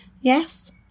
Yes